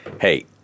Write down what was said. Hey